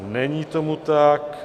Není tomu tak.